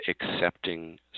accepting